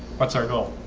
what's our goal?